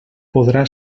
podrà